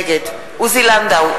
נגד עוזי לנדאו,